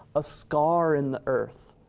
a scar in the earth,